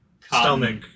stomach